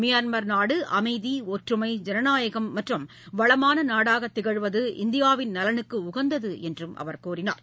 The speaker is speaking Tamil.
மியான்மர் நாடு அமைதி ஒற்றுமை ஜனநாயகம் மற்றும் வளமான நாடாக திகழ்வது இந்தியாவின் நலனுக்கு உகந்தது என்றும் அவர் கூறினார்